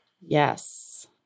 Yes